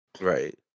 Right